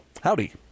Howdy